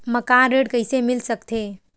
मकान ऋण कइसे मिल सकथे?